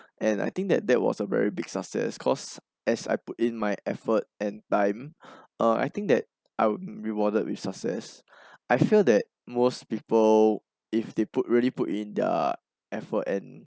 and I think that that was a very big success cause as I put in my effort and time uh I think that I am rewarded with my success I feel that most people if they put really put in their effort and